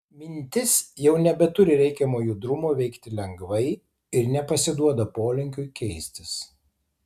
mintis jau nebeturi reikiamo judrumo veikti lengvai ir nepasiduoda polinkiui keistis